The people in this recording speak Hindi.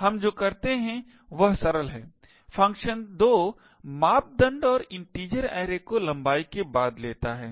हम जो करते हैं वह सरल है फ़ंक्शन 2 मापदंडों और इन्टिजर ऐरे को लंबाई के बाद लेता है